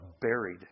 buried